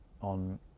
on